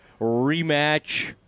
rematch